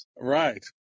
Right